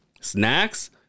snacks